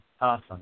Awesome